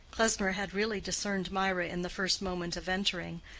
klesmer had really discerned mirah in the first moment of entering,